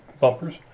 bumpers